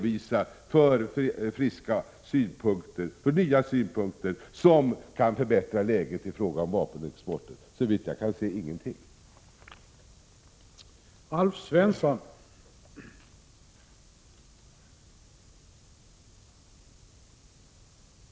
Vilka nya synpunkter som kan förbättra läget i fråga om vapenexporten har Anita Bråkenhielm att redovisa? Inga, såvitt jag kan se.